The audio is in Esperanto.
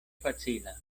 facila